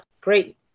great